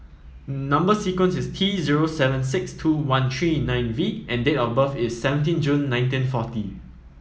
number sequence is T zero seven six two one three nine V and date of birth is seventeen June nineteen forty